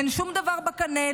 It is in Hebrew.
אין שום דבר בקנה,